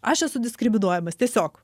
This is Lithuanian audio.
aš esu diskriminuojamas tiesiog